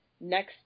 next